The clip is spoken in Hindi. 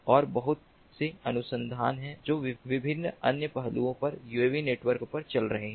और बहुत से अनुसंधान हैं जो विभिन्न अन्य पहलुओं पर यूएवी नेटवर्क पर चल रहे हैं